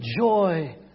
joy